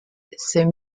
c’est